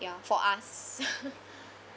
ya for us